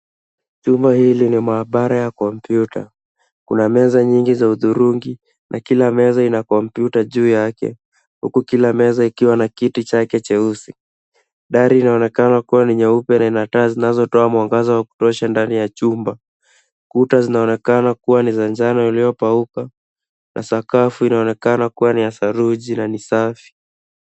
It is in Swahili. Chumba hii ni maabara ya kompyuta. Kuna meza nyingi za hudhurungi na kila meza ina kompyuta juu yake huku kila meza ikiwa na kiti chake cheusi. Dari inaonekana kuwa ni nyeupe na ina taa zinazotoa mwangaza wa kutosha ndani ya chumba. Kuta zinaonekana kuwa ni za njano iliyopauka na sakafu inaonekana kuwa ni ya saruji na ni safi.